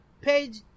page